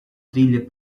trilha